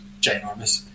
ginormous